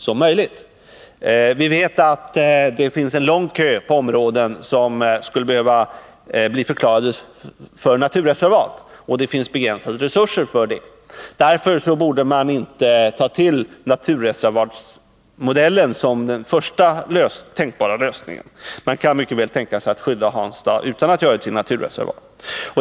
Vi vet att det finns en lång kö med områden som skulle behöva bli förklarade som naturreservat och att det finns begränsade resurser för det ändamålet. Därför borde man inte ta till naturreservatsmodellen som den första tänkbara lösningen. Man kan mycket väl tänka sig att skydda Hansta utan att göra det till ett naturreservat.